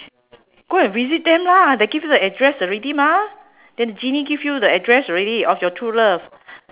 go and visit them lah they give you the address already mah then the genie give you the address already of your true love